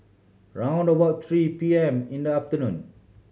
round about three P M in the afternoon